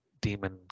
Demon